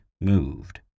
moved